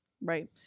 right